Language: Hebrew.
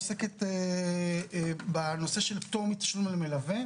עוסקת בנושא של פטור מתשלום למלווה,